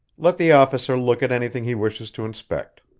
let the officer look at anything he wishes to inspect.